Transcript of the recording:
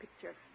picture